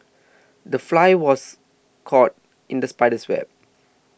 the fly was caught in the spider's web